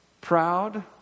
Proud